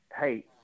Hey